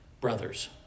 brothers